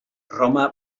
roma